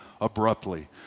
abruptly